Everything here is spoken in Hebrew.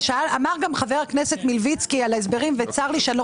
חבר הכנסת מלביצקי ביקש הסברים וצר לי שאני לא